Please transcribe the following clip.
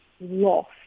lost